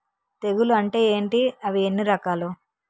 తెగులు అంటే ఏంటి అవి ఎన్ని రకాలు?